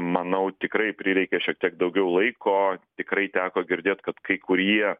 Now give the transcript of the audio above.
manau tikrai prireikė šiek tiek daugiau laiko tikrai teko girdėt kad kai kurie